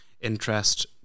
interest